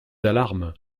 alarmes